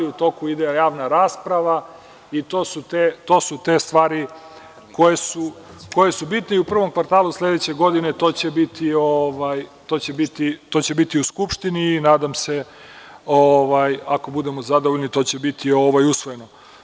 U toku ide javna rasprava i to su te stvari koje su bitne i u prvom kvartalu sledeće godine to će biti u Skupštini i nadam se ako budemo zadovoljni, to će biti usvojeno.